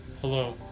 Hello